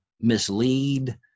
mislead